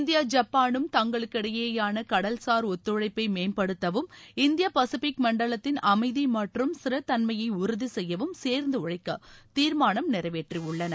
India ஜப்பானும் தங்களுக்கிடையேயான கடல்சார் ஒத்துழைப்பை மேம்படுத்தவும் இந்திய பசிபிக் மண்டலத்தின் அமைதி மற்றும் ஸ்திரத்தன்மையை உறுதி செய்யவும் சேர்ந்து உழைக்க தீர்மானம் நிறைவேற்றியுள்ளன